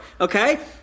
okay